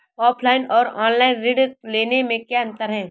Offline और online ऋण लेने में क्या अंतर है?